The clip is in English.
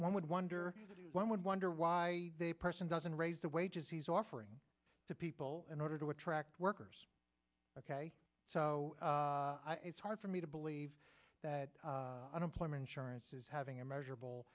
one would wonder one would wonder why they person doesn't raise the wages he's offering to people in order to attract workers ok so it's hard for me to believe that unemployment insurance is having a measurable